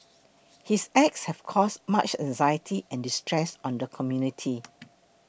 his acts have caused much anxiety and distress on the community